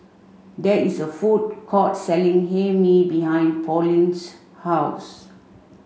there is a food court selling Hae Mee behind Pauline's house